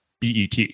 BET